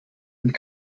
und